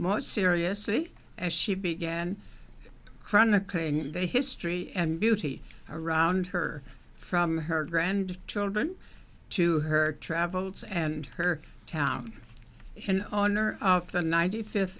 most seriously as she began chronicling the history and beauty around her from her grand children to her travels and her town and owner of the ninety fifth